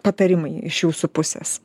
patarimai iš jūsų pusės